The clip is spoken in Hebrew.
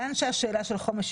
לסדר.